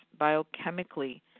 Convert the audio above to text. biochemically